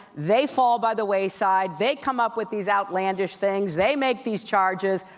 they fall by the wayside, they come up with these outlandish things, they make these charges,